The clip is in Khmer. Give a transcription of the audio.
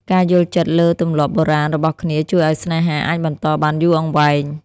ការយល់ចិត្តលើទម្លាប់បុរាណរបស់គ្នាជួយឱ្យស្នេហាអាចបន្តបានយូរអង្វែង។